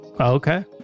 okay